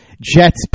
Jets